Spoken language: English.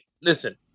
listen